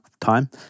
time